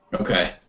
Okay